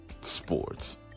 sports